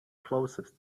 closest